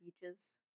beaches